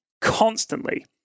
constantly